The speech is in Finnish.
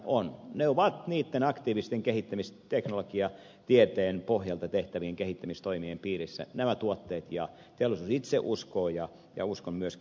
nämä tuotteet ovat aktiivisen kehittämisteknologian ja tieteen pohjalta tehtävien kehittämistoimien piirissä ja teollisuus itse uskoo niihin ja uskon minä myöskin